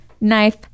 knife